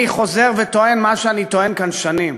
אני חוזר וטוען מה שאני טוען כאן שנים: